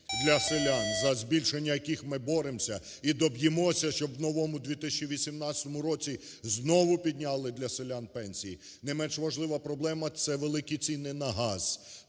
для селян, за збільшення яких ми боремося і доб'ємося, щоб в новому 2018 році знову підняли для селян пенсії, не менш важлива проблема – це великі ціни на газ,